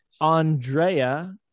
Andrea